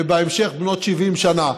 ובהמשך בנות 70 שנה.